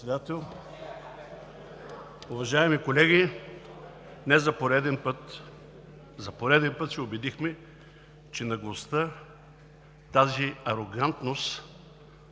господин Председател. Уважаеми колеги, днес за пореден път се убедихме, че наглостта, тази арогантност